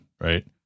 right